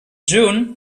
june